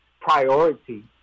priority